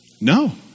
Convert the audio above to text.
No